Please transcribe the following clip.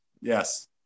yes